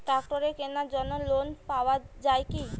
ট্রাক্টরের কেনার জন্য লোন পাওয়া যায় কি?